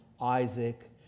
isaac